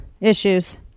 issues